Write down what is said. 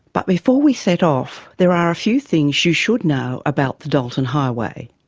but before we set off, there are a few things you should know about the dalton highway.